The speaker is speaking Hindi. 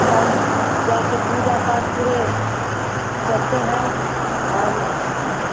तब जाकर पूजा पाठ पूरे करते हैं और